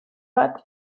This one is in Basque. bat